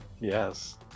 Yes